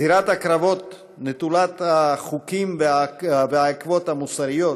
זירת הקרבות נטולת החוקים והעכבות המוסריות